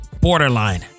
borderline